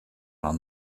noch